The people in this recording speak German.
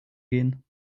gehen